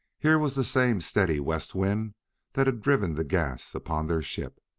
here was the same steady west wind that had driven the gas upon their ship.